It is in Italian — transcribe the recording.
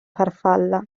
farfalla